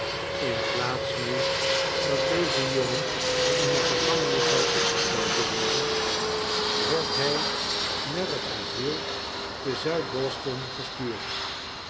inplaats nu dat deze jongen in een gevangenis zou opgesloten worden werd hij naar t asyl tezuidboston gestuurd